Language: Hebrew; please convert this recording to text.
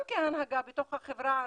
גם כהנהגה בתוך החברה הערבית,